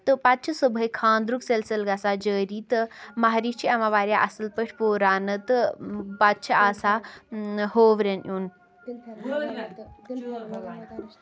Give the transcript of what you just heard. تہٕ پَتہٕ چھِ صُبحٲے خانٛدرُک سِلسِل گژھان جٲری تہٕ مہریٚنۍ چھِ یِوان واریاہ اصٕل پٲٹھۍ پوٗراونہٕ تہٕ پَتہٕ چھِ آسان ہوورٮ۪ن یُن